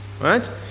right